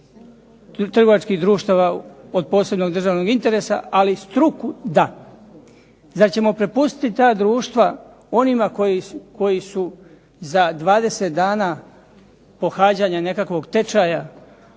trgovačkih društava od posebnog državnog interesa, ali struku da. Zar ćemo prepustiti ta društva onima koji su za 20 dana pohađanja nekakvog tečaja